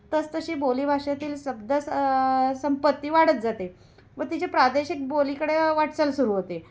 तसतशी बोली भाषेतील शब्द स संपत्ती वाढत जाते व तिचे प्रादेशिक बोलीकडे वाटचाल सुरू होते